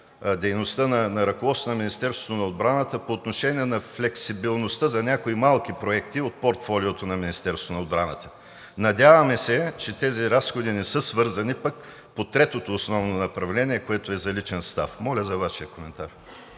дейността на ръководството на Министерството на отбраната по отношение на флексибилността на някои малки проекти от портфолиото на Министерството на отбраната. Надяваме се, че тези разходи не са свързани по третото основно направление, което е за личния състав. Моля за Вашия коментар.